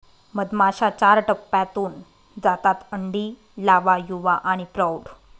मधमाश्या चार टप्प्यांतून जातात अंडी, लावा, युवा आणि प्रौढ